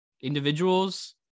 Individuals